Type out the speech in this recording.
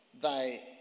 thy